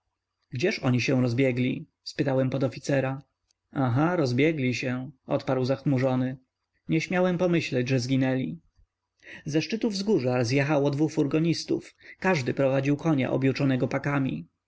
gdzież oni się rozbiegli spytałem podoficera aha rozbiegli się odparł zachmurzony nie śmiałem pomyśleć że zginęli ze szczytu wzgórza zjechało dwu furgonistów każdy prowadził konia objuczonego pakami